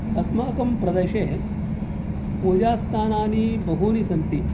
अस्माकं प्रदेशे पूजास्थानानि बहूनि सन्ति